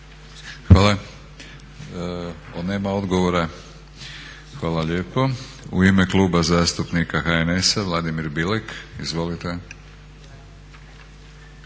Hvala. Nema odgovora. Hvala lijepo. U ime Kluba zastupnika HNS-a Vladimir Bilek. Izvolite.